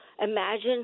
imagine